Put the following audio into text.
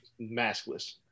Maskless